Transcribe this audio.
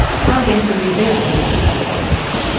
how then could we better test this hypothesis?